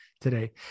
today